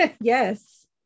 yes